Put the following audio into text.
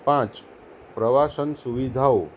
પાંચ પ્રવાસન સુવિધાઓ